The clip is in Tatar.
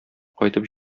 кайтып